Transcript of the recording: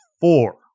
four